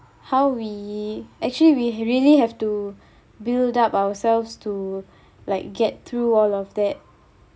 how we actually we really have to build up ourselves to like get through all of that